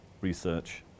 research